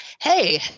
Hey